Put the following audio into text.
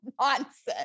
nonsense